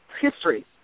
history